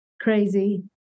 crazy